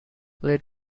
late